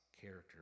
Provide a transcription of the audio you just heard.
character